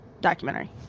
documentary